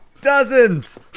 Dozens